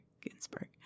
Ginsburg